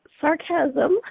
sarcasm